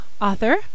author